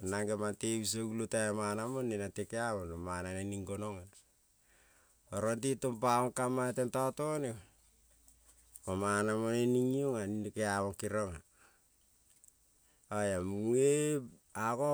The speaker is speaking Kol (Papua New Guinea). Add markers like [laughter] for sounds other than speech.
Nangemang te biso gulo tal mana mone na nte kea-mong oro mana nening gonong-a, oro te tong paongkama-a tenta to-ne, ko mana mone ning iong-a ni-ne keamang keriong-a [hesitation] aga